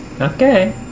Okay